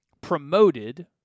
promoted